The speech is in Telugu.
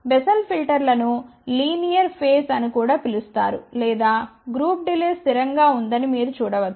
బెస్సెల్ ఫిల్టర్లను లీనియర్ ఫేస్ అని కూడా పిలుస్తారు లేదా గ్రూప్ డిలే స్థిరంగా ఉంటుందని మీరు చెప్పవచ్చు